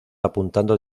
apuntando